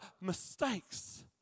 mistakes